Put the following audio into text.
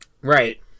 right